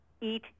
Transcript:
eat